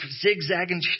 zigzagging